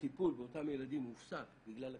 שהטיפול באותם ילדים הופסק בגלל הקיצוץ,